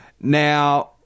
Now